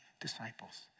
disciples